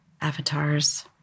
avatars